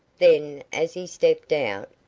then, as he stepped out,